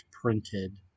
printed